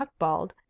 Huckbald